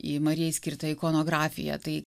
į marijai skirtą ikonografiją tai